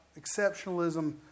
exceptionalism